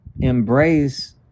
embrace